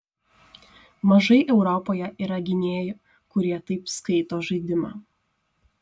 mažai europoje yra gynėjų kurie taip skaito žaidimą